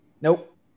Nope